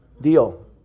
deal